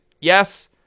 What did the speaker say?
yes